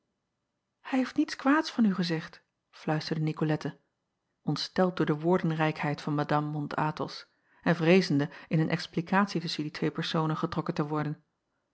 ij heeft niets kwaads van u gezegd fluisterde icolette ontsteld door de woordenrijkheid van adame ont thos en vreezende in een explikatie tusschen die twee personen getrokken te worden